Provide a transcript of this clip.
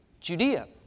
Judea